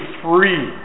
free